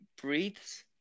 breathes